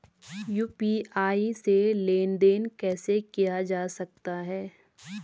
UPI से लेनदेन कैसे किया जा सकता है?